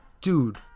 Dude